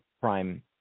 Prime